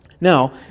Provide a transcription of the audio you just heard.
Now